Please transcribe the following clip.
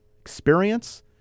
experience